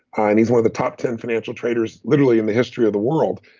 ah and he's one of the top ten financial traders literally in the history of the world.